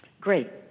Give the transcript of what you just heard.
Great